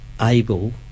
able